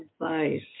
advice